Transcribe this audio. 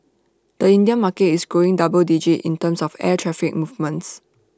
the Indian market is growing double digit in terms of air traffic movements